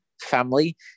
family